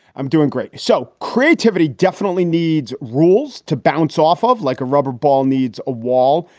i'm doing great. so creativity definitely needs rules to bounce off of like a rubber ball needs a wall.